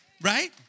Right